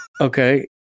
Okay